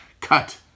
cut